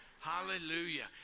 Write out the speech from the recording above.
Hallelujah